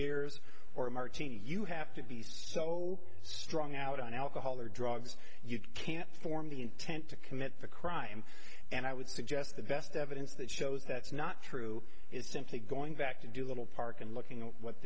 beers or a martini you have to be so strong out on alcohol or drugs you can't form the intent to commit the crime and i would suggest the best evidence that shows that's not true is simply going back to do a little park and looking at what